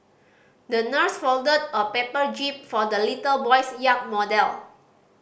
the nurse folded a paper jib for the little boy's yacht model